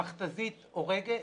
המכת"זית הורגת